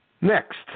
next